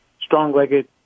strong-legged